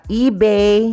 eBay